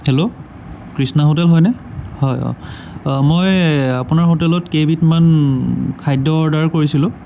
hello Krishna hotel হয়নে হয় অঁ মই আপোনাৰ হোটেলত কেইবিধমান খাদ্য অৰ্ডাৰ কৰিছিলোঁ